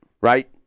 Right